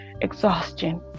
exhaustion